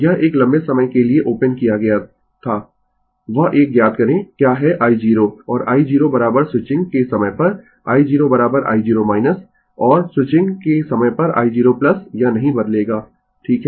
और यह एक लंबे समय के लिए ओपन किया गया था वह एक ज्ञात करें क्या है i0 और i0 स्विचिंग के समय पर i0 i0 और स्विचिंग के समय पर i0 यह नहीं बदलेगा ठीक है